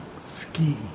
ski